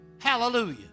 Hallelujah